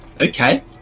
Okay